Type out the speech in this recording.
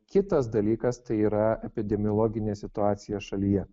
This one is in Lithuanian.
kitas dalykas tai yra epidemiologinė situacija šalyje